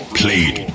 played